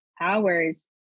hours